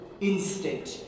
instinct